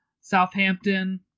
Southampton